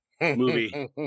movie